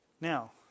Now